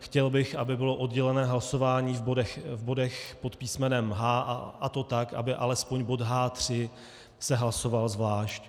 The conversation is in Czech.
Chtěl bych, aby bylo oddělené hlasování v bodech pod písmenem H, a to tak, aby alespoň bod H3 se hlasoval zvlášť.